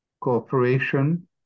cooperation